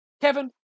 Kevin